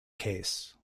case